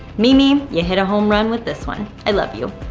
mimi, you hit a home run with this one. i love you.